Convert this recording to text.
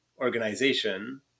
organization